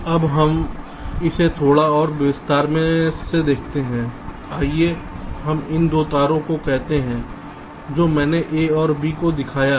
अब हम इसे थोड़ा और विस्तार से देखते हैं आइए हम इन 2 तारों को कहते हैं जो मैंने A और B को दिखाया है